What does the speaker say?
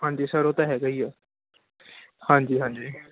ਹਾਂਜੀ ਸਰ ਉਹ ਤਾਂ ਹੈਗਾ ਹੀ ਆ ਹਾਂਜੀ ਹਾਂਜੀ